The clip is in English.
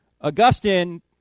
Augustine